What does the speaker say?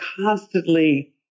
constantly